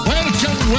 Welcome